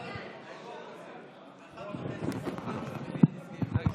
חבר הכנסת אופיר כץ,